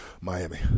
Miami